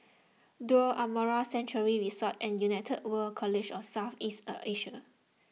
Duo Amara Sanctuary Resort and United World College of South East Asia